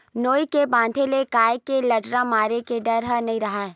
नोई के बांधे ले गाय के लटारा मारे के डर ह नइ राहय